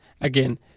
Again